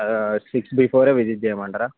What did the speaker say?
six before visit చేయమంటారా